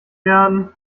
lernen